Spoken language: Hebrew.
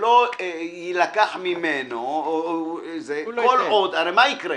שלא יילקח ממנו כל עוד הרי מה יקרה?